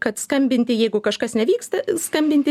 kad skambinti jeigu kažkas nevyksta skambinti